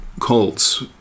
cults